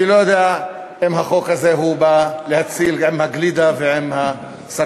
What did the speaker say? אני לא יודע אם החוק הזה בא להציל עם הגלידה ועם הסרדינים.